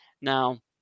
Now